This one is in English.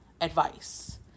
advice